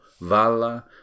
Valla